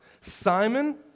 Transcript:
Simon